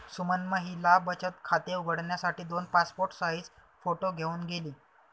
सुमन महिला बचत खाते उघडण्यासाठी दोन पासपोर्ट साइज फोटो घेऊन गेली